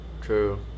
True